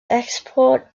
export